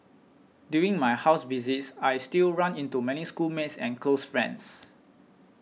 during my house visits I still run into many schoolmates and close friends